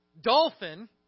dolphin